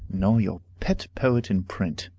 nor your pet poet in print.